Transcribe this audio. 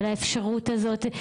על האפשרות הזאת.